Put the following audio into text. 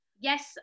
yes